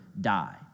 die